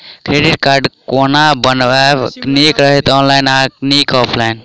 Credit card कोना बनेनाय नीक रहत? ऑनलाइन आ की ऑफलाइन?